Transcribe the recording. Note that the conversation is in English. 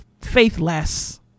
faithless